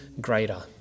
greater